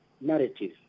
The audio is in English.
narrative